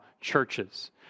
churches